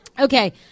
Okay